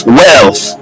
wealth